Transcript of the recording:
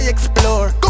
Explore